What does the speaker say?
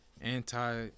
anti